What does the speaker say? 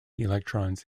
electrons